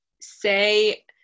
say